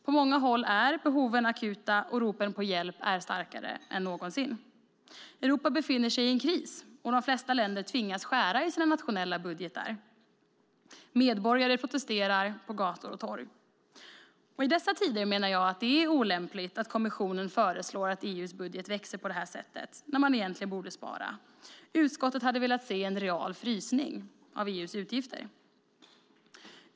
På många håll är behoven akuta och ropen på hjälp starkare än någonsin. Europa befinner sig i en kris, och de flesta länder tvingas skära i sina nationella budgetar. Medborgare protesterar på gator och torg. I dessa tider menar jag att det är olämpligt att kommissionen föreslår att EU:s budget ska växa på detta sätt, när man egentligen borde spara. Utskottet hade velat se en real frysning av EU:s utgifter.